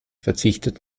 verzichtet